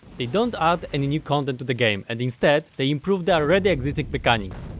they don't add any new content to the game and instead, they improve the already existing mechanics.